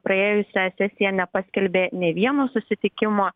praėjusią sesiją nepaskelbė nė vieno susitikimo